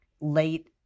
late